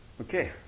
Okay